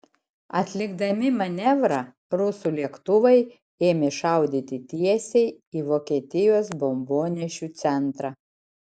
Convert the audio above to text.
atlikdami manevrą rusų lėktuvai ėmė šaudyti tiesiai į vokietijos bombonešių centrą